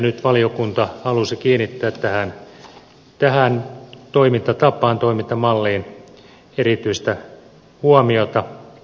nyt valiokunta halusi kiinnittää tähän toimintatapaan toimintamalliin erityistä huomiota omissa perusteluissaan